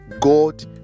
God